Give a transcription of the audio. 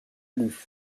lut